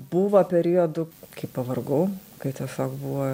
buvo periodų kai pavargau kai tiesiog buvo